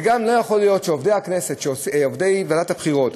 וגם לא יכול להיות שעובדי ועדת הבחירות